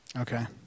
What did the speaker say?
Okay